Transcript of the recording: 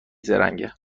زرنگه